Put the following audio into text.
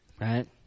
Right